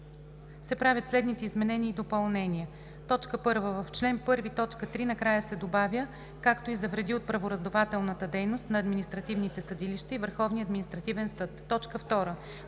се правят следните изменения и допълнения: 1. В чл. 1, т. 3 накрая се добавя „както и за вреди от правораздавателната дейност на административните съдилища и Върховния